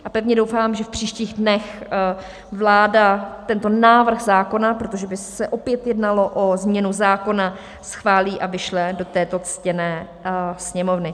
A pevně doufám, že v příštích dnech vláda tento návrh zákona, protože by se opět jednalo o změnu zákona, schválí a vyšle do této ctěné Sněmovny.